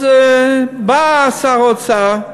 אז בא שר האוצר,